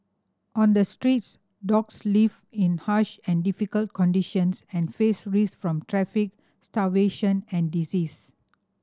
on the streets dogs live in harsh and difficult conditions and face risk from traffic starvation and disease